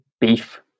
beef